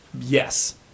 Yes